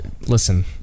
Listen